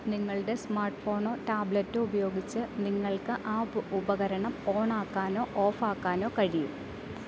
നിങ്ങളുടെ സ്മാർട്ട് ഫോണോ ടാബ്ലെറ്റോ ഉപയോഗിച്ച് നിങ്ങൾക്ക് ആ ഉപകരണം ഓണാക്കാനോ ഓഫാക്കാനോ കഴിയും